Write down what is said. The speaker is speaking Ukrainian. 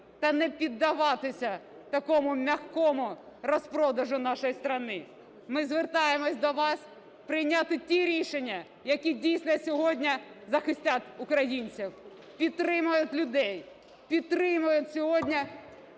та не піддаватися такому м'якому розпродажу нашої країни. Ми звертаємося до вас прийняти ті рішення, які дійсно сьогодні захистять українців, підтримають людей, підтримають сьогодні